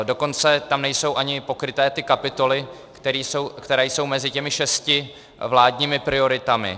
Dokonce tam nejsou ani pokryté ty kapitoly, které jsou mezi těmi šesti vládními prioritami.